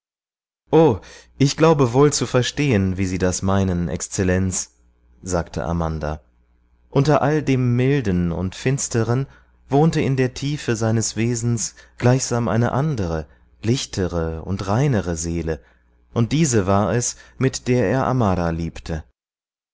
o ich glaube wohl zu verstehen wie sie das meinen exzellenz sagte amanda unter all dem milden und finsteren wohnte in der tiefe seines wesens gleichsam eine andere lichtere und reinere seele und diese war es mit der er amara liebte